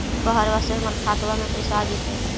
बहरबा से हमर खातबा में पैसाबा आ जैतय?